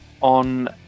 on